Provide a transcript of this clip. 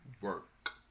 Work